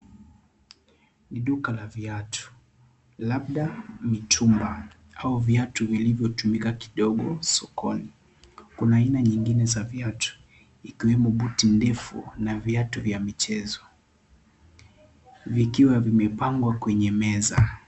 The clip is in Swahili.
Duka la viatu, labda mitumba au viatu vilivyo tumika kidogo sokoni. Kuna aina nyingine za viatu, ikiwemo buti ndefu na viatu vya michezo, vikiwa vimepangwa kwenye meza.